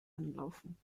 anlaufen